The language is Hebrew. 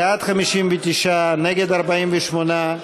בעד 59, נגד, 48,